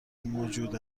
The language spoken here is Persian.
موجود